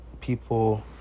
people